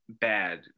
bad